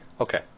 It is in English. Okay